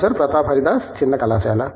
professor Pratap Haridas చిన్న కళాశాల